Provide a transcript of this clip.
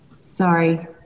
Sorry